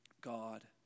God